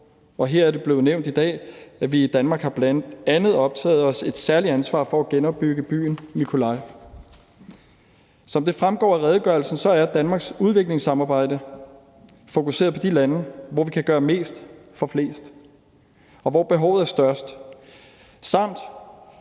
Det er også blevet nævnt her i dag, at vi i Danmark bl.a. har påtaget os et særligt ansvar for at genopbygge byen Mykolaiv. Som det fremgår af redegørelsen, er Danmarks udviklingssamarbejde fokuseret på de lande, hvor vi kan gøre mest for flest, hvor behovet er størst,